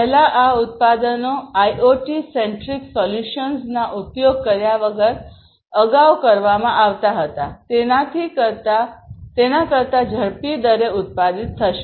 પહેલાં આ ઉત્પાદનો આઇઓટી સેન્ટ્રિક સોલ્યુશન્સના ઉપયોગ કર્યા વગર અગાઉ કરવામાં આવતા હતા તેના કરતા ઝડપી દરે ઉત્પાદિત થશે